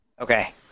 Okay